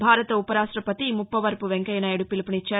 భారత ఉపరాష్టపతి ముప్పవరపు వెంకయ్య నాయుడు పిలుపునిచ్చారు